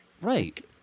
right